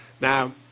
Now